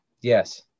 Yes